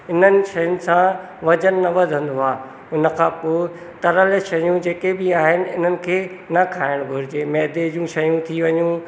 इननि शयुनि सां वज़न न वधंदो आहे उनखां पोइ तरियल शयूं जेके बि आहिनि इननि खे न खाइणु घुरिजे मैदे जी शयूं थी वियूं